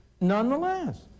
nonetheless